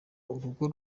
urugo